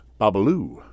Babaloo